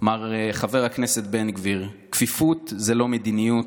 מר חבר הכנסת בן גביר, כפיפות זו לא מדיניות.